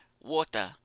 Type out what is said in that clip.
water